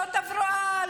לא תברואה,